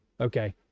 Okay